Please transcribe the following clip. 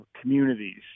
communities